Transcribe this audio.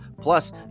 Plus